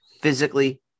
physically